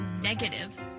negative